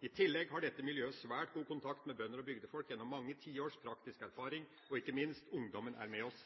I tillegg har dette miljøet svært god kontakt med bønder og bygdefolk gjennom mange tiårs praktisk erfaring, og ikke minst: Ungdommen er med oss.